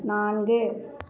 நான்கு